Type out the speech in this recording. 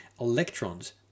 electrons